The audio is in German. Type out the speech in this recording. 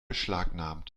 beschlagnahmt